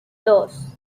dos